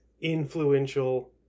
influential